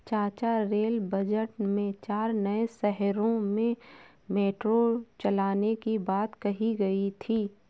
चाचा rail budget में चार नए शहरों में मेट्रो चलाने की बात कही गई थी